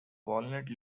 walnut